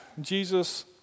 Jesus